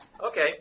Okay